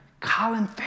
Colin